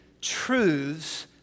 truths